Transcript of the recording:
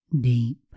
deep